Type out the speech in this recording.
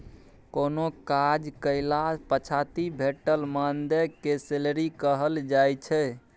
कोनो काज कएला पछाति भेटल मानदेय केँ सैलरी कहल जाइ छै